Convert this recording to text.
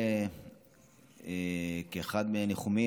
באחד מהניחומים,